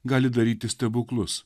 gali daryti stebuklus